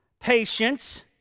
patience